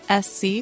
SC